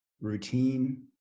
routine